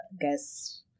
guess